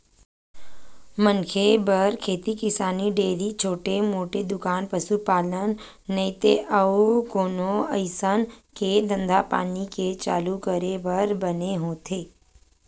मनखे बर खेती किसानी, डेयरी, छोटे मोटे दुकान, पसुपालन नइते अउ कोनो अइसन के धंधापानी के चालू करे बर बने होथे